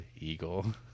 Eagle